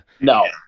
no